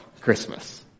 Christmas